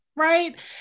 right